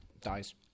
dies